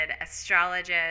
astrologist